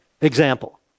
example